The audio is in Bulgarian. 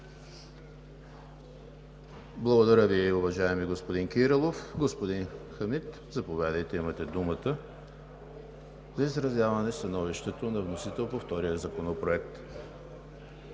Благодаря Ви, уважаеми господин Кирилов. Господин Хамид, заповядайте, имате думата да изразите становище като вносител по втория законопроект.